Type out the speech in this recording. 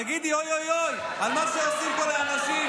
תגידי: אוי אוי אוי על מה שעושים פה לאנשים.